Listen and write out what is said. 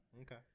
Okay